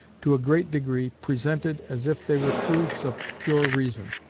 to a great degree, presented as if they were truths of pure reason,